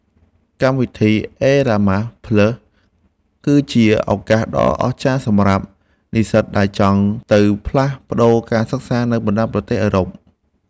កម្មវិធីអេរ៉ាម៉ាស់ផ្លាស់ (Erasmus+) គឺជាឱកាសដ៏អស្ចារ្យសម្រាប់និស្សិតដែលចង់ទៅផ្លាស់ប្តូរការសិក្សានៅបណ្តាប្រទេសអឺរ៉ុប។